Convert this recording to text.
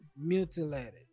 mutilated